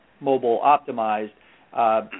mobile-optimized